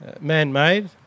man-made